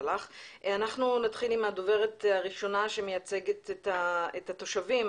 אנחנו נתחיל עם הדוברת הראשונה שמייצגת את התושבים.